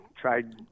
tried